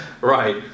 Right